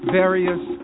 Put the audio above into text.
various